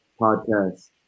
podcast